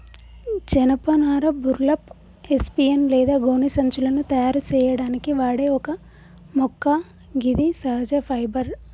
జనపనార burlap, hessian లేదా గోనె సంచులను తయారు సేయడానికి వాడే ఒక మొక్క గిది సహజ ఫైబర్